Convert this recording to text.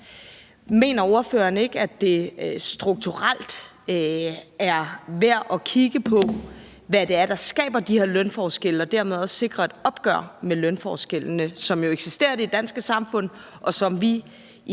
Mener ordføreren ikke, at det strukturelt er værd at kigge på, hvad det er, der skaber de her lønforskelle, og dermed også sikre et opgør med lønforskellene, som jo eksisterer i det danske samfund, og som vi i